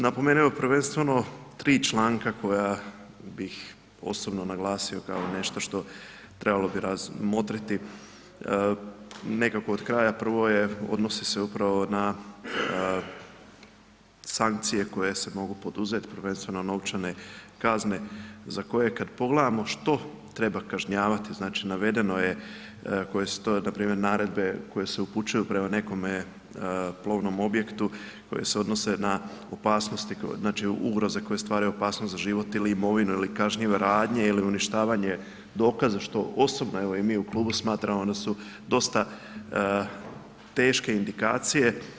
Napomenuo bih prvenstveno tri članka koja bih osobno naglasio kao nešto što trebalo bi razmotriti, nekako od kraja, prvo je, odnosi se upravo na sankcije koje se mogu poduzeti prvenstveno novčane kazne za koje kad pogledamo što treba kažnjavati, znači navedeno je koje su to npr. naredbe koje se upućuju prema nekome plovnom objektu koje se odnose na opasnosti, znači ugroze koje stvaraju opasnost za život ili imovinu ili kažnjive radnje ili uništavanje dokaza što osobno evo i mi u klubu smatramo da su dosta teške indikacije.